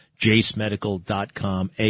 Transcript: JaceMedical.com